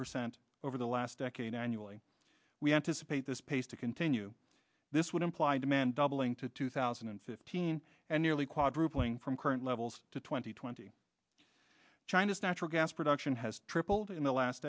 percent over the last decade annually we anticipate this pace to new this would imply demand doubling to two thousand and fifteen and nearly quadrupling from current levels to twenty twenty china's natural gas production has tripled in the last